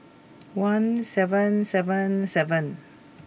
one seven seven seven